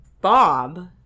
Bob